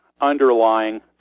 underlying